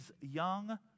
young